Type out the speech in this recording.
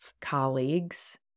colleagues